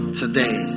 today